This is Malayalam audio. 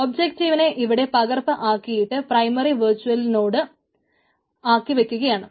ഒബ്ജക്റ്റിനെ ഇവിടെ പകർപ്പ് ആക്കിയിട്ട് പ്രൈമറി വെർച്ചലിനോട് ആക്കി വയ്ക്കുകയാണ്